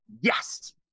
yes